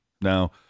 Now